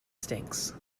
stinks